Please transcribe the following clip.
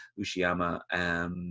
Uchiyama